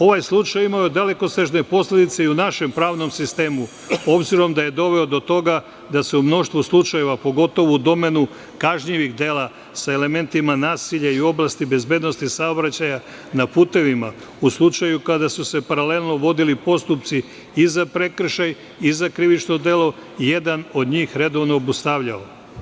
Ovaj slučaj imao je dalekosežne posledice i u našem pravnom sistemu, obzirom da je doveo do toga da se u mnoštvo slučajeva, pogotovo u domenu kažnjivih dela sa elementima nasilja i u oblasti bezbednosti saobraćaja na putevima, u slučaju kada su se paralelno vodili postupci i za prekršaj i za krivično delo i jedan od njih redovno obustavljao.